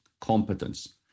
competence